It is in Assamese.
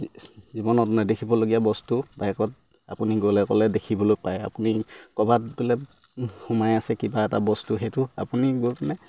জীৱনত নেদেখিবলগীয়া বস্তু বাইকত আপুনি গ'লে ক'লে দেখিবলৈ পায় আপুনি ক'বাত বোলে সোমাই আছে কিবা এটা বস্তু সেইটো আপুনি গৈ মানে